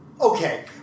Okay